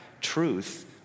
truth